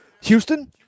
Houston